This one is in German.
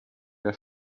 der